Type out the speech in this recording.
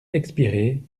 expirée